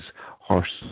horses